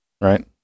Right